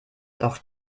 doch